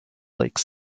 like